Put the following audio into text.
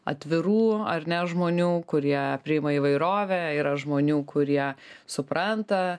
atvirų ar ne žmonių kurie priima įvairovę yra žmonių kurie supranta